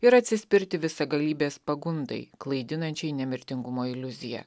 ir atsispirti visagalybės pagundai klaidinančiai nemirtingumo iliuziją